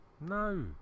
No